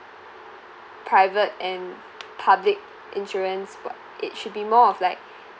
private and public insurance but it should be more of like